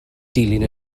dilyn